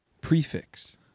prefix